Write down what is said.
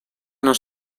nos